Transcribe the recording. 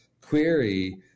query